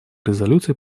резолюций